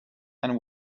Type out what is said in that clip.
and